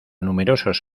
numerosos